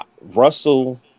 russell